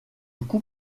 coût